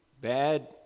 Bad